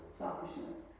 selfishness